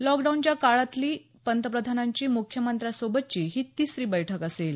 लॉकडाऊनच्या काळातली पंतप्रधानांची मुख्यमंत्र्यांसोबतची ही तिसरी बैठक असेल